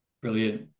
brilliant